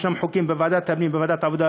יש חוקים בוועדת הפנים ובוועדת העבודה,